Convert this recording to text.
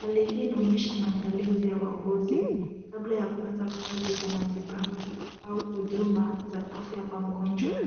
Hali hii inaonyesha maandalizi ya wauguzi kabla ya kuanza kazi za matibabu au huduma za afya kwa mgonjwa.